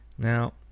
Now